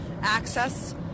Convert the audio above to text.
access